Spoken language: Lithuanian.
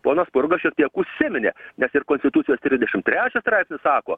ponas spurga šiek tiek užsiminė nes ir konstitucijos trisdešim trečias straipsnis sako